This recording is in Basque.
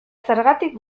zergatik